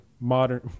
modern